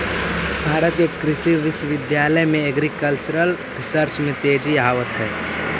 भारत के कृषि विश्वविद्यालय में एग्रीकल्चरल रिसर्च में तेजी आवित हइ